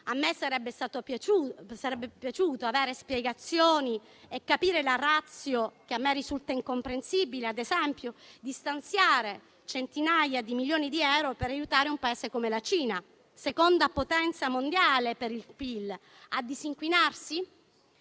A me sarebbe piaciuto avere spiegazioni e capire la *ratio*, che mi risulta incomprensibile, di stanziare centinaia di milioni di euro per aiutare un Paese come la Cina, seconda potenza mondiale per il PIL, a disinquinarsi.